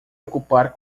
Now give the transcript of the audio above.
ocupar